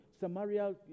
Samaria